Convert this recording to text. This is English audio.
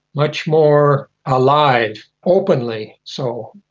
much more alive, openly so,